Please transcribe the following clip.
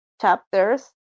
chapters